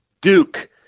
Duke